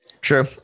True